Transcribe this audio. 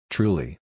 Truly